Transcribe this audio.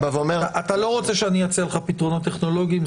אתה לא רוצה שאני אציע לך פתרונות טכנולוגיים,